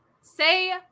say